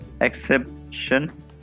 exception